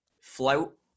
float